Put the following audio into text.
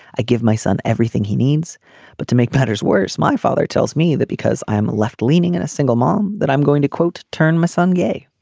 i give my son everything he needs but to make matters worse. my father tells me that because i am left leaning in a single mom that i'm going to quote turn my son gay.